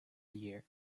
year